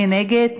מי נגד?